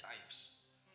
times